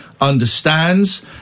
understands